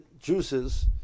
juices